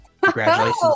Congratulations